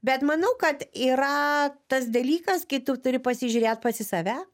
bet manau kad yra tas dalykas kai tu turi pasižiūrėt pats į save